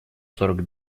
сорок